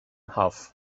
half